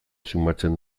sumatzen